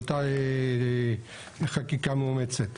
באותה חקיקה מאומצת.